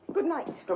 goodnight! you know